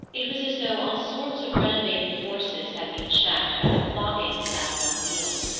it was as though all sorts of renovating forces had been checked by the clogging of that one wheel.